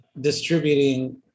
distributing